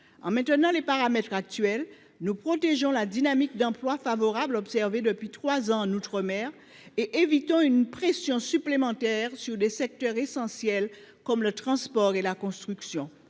En maintenant les paramètres actuels, nous protégeons la dynamique d’emploi favorable observée depuis trois ans en outre mer et évitons une pression supplémentaire sur des secteurs essentiels, comme le transport et la construction.